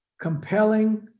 compelling